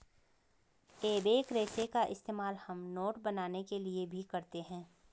एबेक रेशे का इस्तेमाल हम नोट बनाने के लिए भी करते हैं